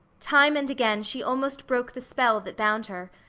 time and again she almost broke the spell that bound her,